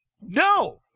No